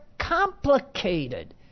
complicated